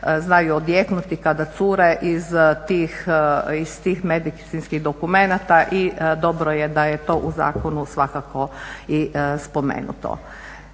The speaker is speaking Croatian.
znaju odjeknuti kada cure iz tih medicinskih dokumenata i dobro je da je to u zakonu svakako i spomenuto.